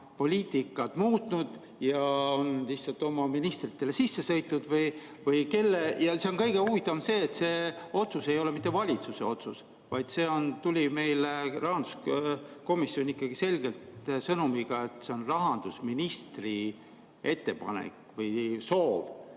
poliitikat muutnud ja lihtsalt oma ministritele sisse sõitnud? Kõige huvitavam on see, et see otsus ei ole mitte valitsuse otsus, vaid see tuli meile rahanduskomisjoni ikkagi selge sõnumiga, et see on rahandusministri ettepanek või soov.